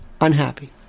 unhappy